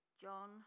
John